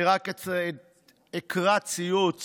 אני רק אקרא ציוץ